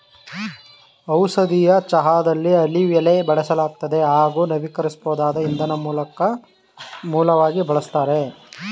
ಔಷಧೀಯ ಚಹಾದಲ್ಲಿ ಆಲಿವ್ ಎಲೆ ಬಳಸಲಾಗ್ತದೆ ಹಾಗೂ ನವೀಕರಿಸ್ಬೋದಾದ ಇಂಧನ ಮೂಲವಾಗಿ ಬಳಸ್ತಾರೆ